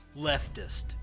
leftist